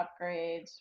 upgrades